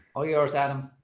oh, yours, adam.